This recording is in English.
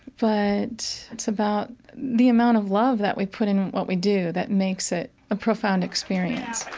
but it's about the amount of love that we put in what we do that makes it a profound experience